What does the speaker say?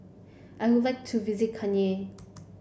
I would like to visit Cayenne